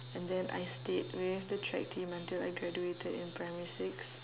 and then I stayed with the track team until I graduated in primary six